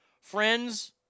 Friends